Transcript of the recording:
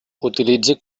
utilitzi